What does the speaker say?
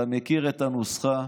אתה מכיר את הנוסחה,